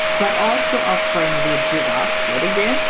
but also a friendly giraffe yet again,